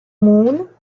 moon